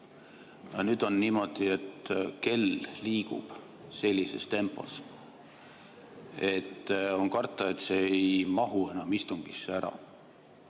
nüüd on niimoodi, et kell liigub sellises tempos, et on karta, et see ei mahu enam istungisse ära.